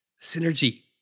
Synergy